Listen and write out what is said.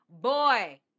boy